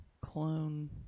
clone